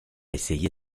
essayé